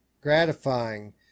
gratifying